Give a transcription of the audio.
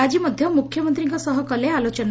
ଆଜି ମଧ୍ୟ ମ୍ରଖ୍ୟମନ୍ତୀଙ୍କ ସହ କଲେ ଆଲୋଚନା